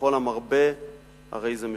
וכל המרבה הרי זה משובח,